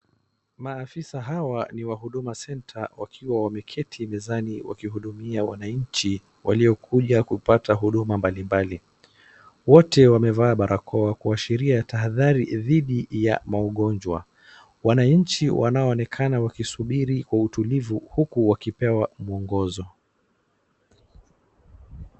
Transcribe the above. Maafisa hawa ni wa Huduma center wakiwa wameketi mezani wakihudumia wananchi waliokuja kupata huduma mbalimbali. Wote wamevaa barakoa kuashiria tahadhari dhidi ya magonjwa. Wananchi wanaonekana wakisubiri kwa utulivu huku wakipewa mwongozo.